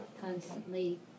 constantly